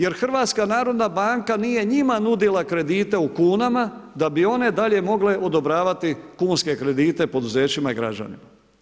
Jer HNB nije njima nudila kredite u kunama da bi one dalje mogle odobravati kunske kredite poduzećima i građanima.